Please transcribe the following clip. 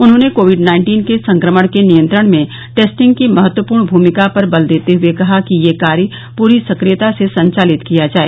उन्होंने Covid nineteen के संक्रमण के नियंत्रण में टेस्टिंग की महत्वपूर्ण भूमिका पर बल देते हुए कहा कि यह कार्य पूरी सक्रियता से संचालित किया जाए